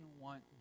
want